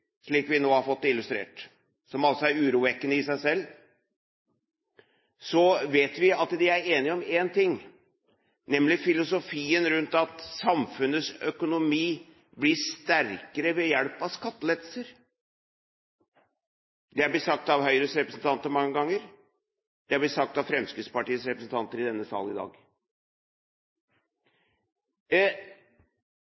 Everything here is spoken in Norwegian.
slik vi nå har fått det illustrert – noe som i seg selv er urovekkende – så vet vi at høyresiden er enig om en ting, nemlig filosofien rundt at samfunnets økonomi blir sterkere ved hjelp av skattelettelser. Det er blitt sagt av Høyres representanter mange ganger, det er blitt sagt av Fremskrittspartiets representanter i denne sal i dag.